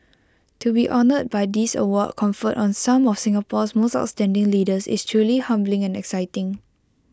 to be honoured by this award conferred on some of Singapore's most outstanding leaders is truly humbling and exciting